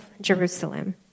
Jerusalem